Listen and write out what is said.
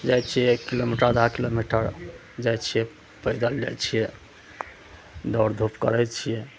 जाइ छियै एक किलोमीटर आधा किलोमीटर जाइ छियै पैदल जाइ छियै दौड़ धूप करै छियै